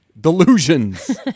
Delusions